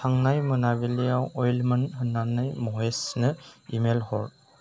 थांनाय मोनाबिलिआव अवाइल्डमोन होन्नानै महेसनो इमेल हर